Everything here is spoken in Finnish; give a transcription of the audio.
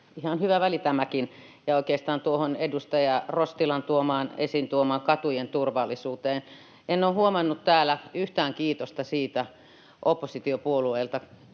Ihan hyvä väli tämäkin. Ja oikeastaan tuohon edustaja Rostilan esiin tuomaan katujen turvallisuuteen: en ole huomannut täällä oppositiopuolueilta